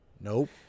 Nope